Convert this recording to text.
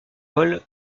vol